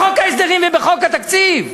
בחוק ההסדרים ובחוק התקציב.